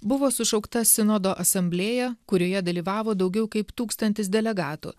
buvo sušaukta sinodo asamblėja kurioje dalyvavo daugiau kaip tūkstantis delegatų